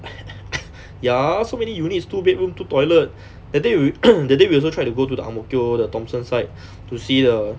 ya so many units two bedroom two toilet that day we that day we also try to go to the ang mo kio the thomson side to see the